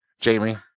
jamie